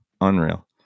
unreal